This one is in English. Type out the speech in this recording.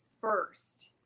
first